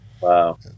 Wow